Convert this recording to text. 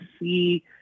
see